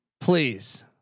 Please